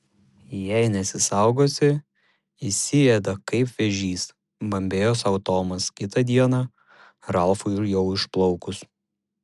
jei nesisaugosi įsiėda kaip vėžys bambėjo sau tomas kitą dieną ralfui jau išplaukus